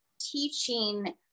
teaching